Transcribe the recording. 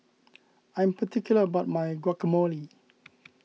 I am particular about my Guacamole